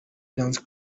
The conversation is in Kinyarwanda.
dance